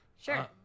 sure